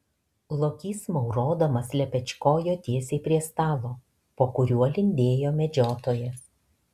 lokys maurodamas lepečkojo tiesiai prie stalo po kuriuo lindėjo medžiotojas